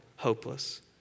hopeless